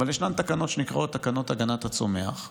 אבל יש תקנות שנקראות "תקנות הגנת הצומח",